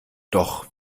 doch